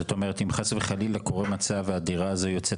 זאת אומרת אם חס וחלילה קורה מצב והדירה הזאת יוצאת